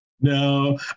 No